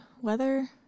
weather